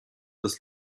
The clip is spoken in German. des